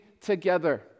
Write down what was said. together